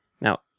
Now